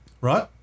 right